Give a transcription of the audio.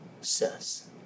says